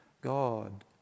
God